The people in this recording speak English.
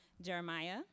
Jeremiah